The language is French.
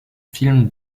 film